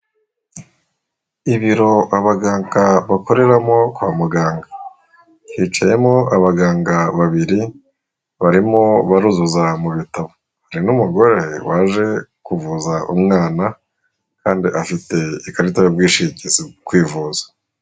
Ibiro abaganga bakoreramo kwa muganga hicayemo abaganga babiri barimo baruzuza mu bitabo, hari n'umugore waje kuvuza umwana kandi afite ikarita y'ubwishingizi mu kwivuza.